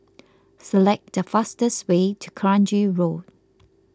select the fastest way to Kranji Road